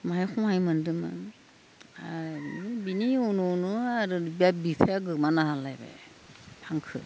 माहाय सहाय मोनदोंमोन आरो बिनि उनावनो आरो बे बिफाया गोमाना होलायबाय आंखौ